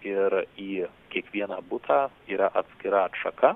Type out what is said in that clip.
ir į kiekvieną butą yra atskira atšaka